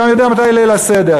הוא גם יודע מתי ליל הסדר.